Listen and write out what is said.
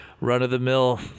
run-of-the-mill